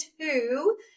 two